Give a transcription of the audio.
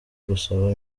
ugusaba